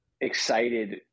Excited